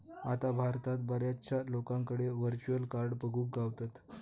आता भारतात बऱ्याचशा लोकांकडे व्हर्चुअल कार्ड बघुक गावतत